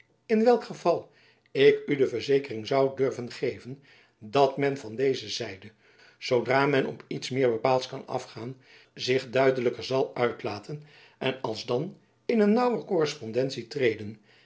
in welk geval ik u de verzekering zoû durven geven dat men van deze zijde zoodra men op iets meer bepaalds kan afgaan zich duidelijker zal uitlaten en alsdan in een